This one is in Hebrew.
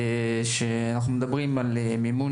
אנחנו מדברים על מימון